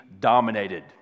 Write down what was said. dominated